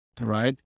right